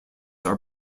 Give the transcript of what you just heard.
are